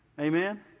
Amen